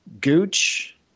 Gooch